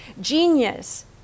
Genius